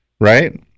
right